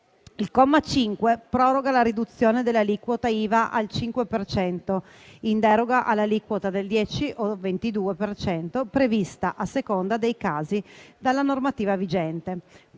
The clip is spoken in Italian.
Il comma 5 proroga la riduzione dell'aliquota IVA al 5 per cento in deroga all'aliquota del 10 o 22 per cento prevista a seconda dei casi dalla normativa vigente